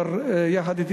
יחד אתי,